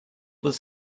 was